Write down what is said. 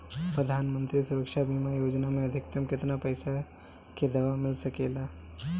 प्रधानमंत्री सुरक्षा बीमा योजना मे अधिक्तम केतना पइसा के दवा मिल सके ला?